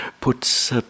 put